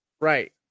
Right